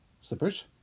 slippers